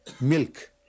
milk